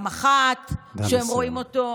למח"ט שהם רואים נא לסיים.